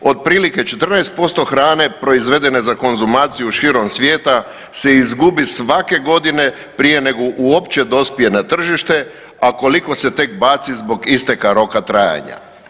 Otprilike 14% hrane proizvedene za konzumaciju širom svijeta se izgubi svake godine prije nego uopće dospije na tržište, a koliko se tek baci zbog isteka roka trajanja.